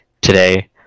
today